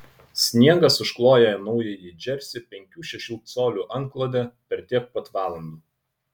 sniegas užkloja naująjį džersį penkių šešių colių antklode per tiek pat valandų